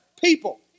People